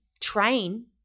train